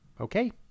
okay